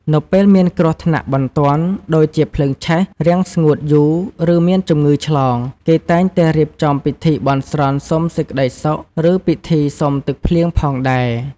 នៅពេលមានគ្រោះថ្នាក់បន្ទាន់ ដូចជាភ្លើងឆេះ រាំងស្ងួតយូរ ឬមានជំងឺឆ្លង គេតែងតែរៀបចំពិធីបន់ស្រន់សុំសេចក្តីសុខឬពិធីសុំទឹកភ្លៀងផងដែរ។